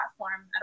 platform